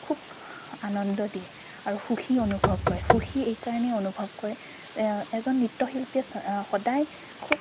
খুব আনন্দ দিয়ে আৰু সুখী অনুভৱ কৰে সুখী এইকাৰণেই অনুভৱ কৰে এজন নৃত্যশিল্পীয়ে সদায় খুব